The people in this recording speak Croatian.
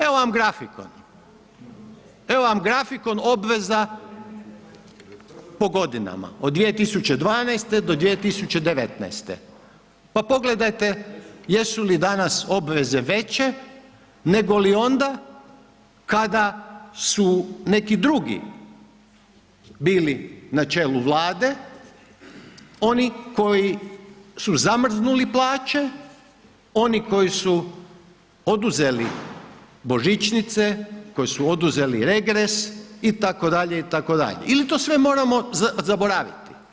Evo vam grafikon, evo vam grafikon obveza po godinama od 2012. do 2019. pa pogledajte jesu li danas obveze veće negoli onda kada su neki drugi bili na čelu vlade, oni koji su zamrznuli plaće, oni koji su oduzeli božičnice, koji su oduzeli regres itd., itd. ili to sve moramo zaboraviti.